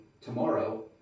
tomorrow